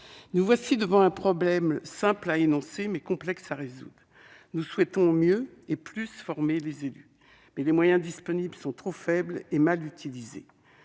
nous voici devant un problème simple à énoncer, mais complexe à résoudre : nous souhaitons mieux et davantage former les élus, mais les moyens disponibles sont trop faibles et mal utilisés.